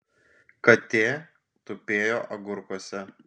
katė tupėjo agurkuose